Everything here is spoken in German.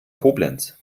koblenz